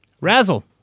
Razzle